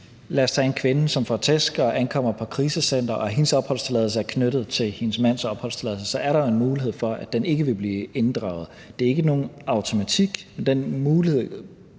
f.eks. tager en kvinde, som får tæsk og ankommer på et krisecenter, og hendes opholdstilladelse er knyttet til hendes mands opholdstilladelse, så er der jo en mulighed for, at den ikke vil blive inddraget. Det er ikke nogen automatik, men den mulighed